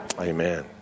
Amen